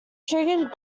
triggered